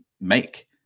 make